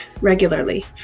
regularly